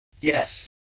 yes